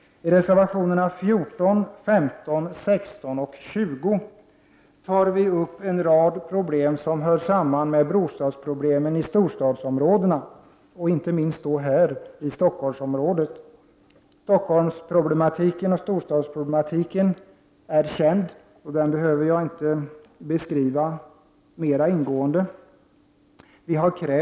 I reservationerna 14, 15, 16 och 20 belyser vi en rad problem som hör samman med bostadsproblemen i storstadsområdena och inte minst i Stockholmsområdet. Stockholmsproblematiken och över huvud taget storstadsproblematiken är känd, varför jag inte behöver beskriva den närmare.